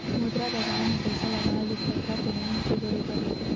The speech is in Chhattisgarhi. मुद्रा बजार म पइसा लगाय ले खतरा तो नइ के बरोबर रहिथे